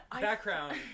background